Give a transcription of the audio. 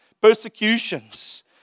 persecutions